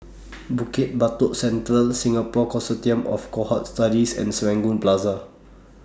Bukit Batok Central Singapore Consortium of Cohort Studies and Serangoon Plaza